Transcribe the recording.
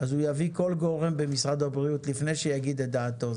אז הוא יביא כל גורם במשרד הבריאות לפני שיגיד את דעתו.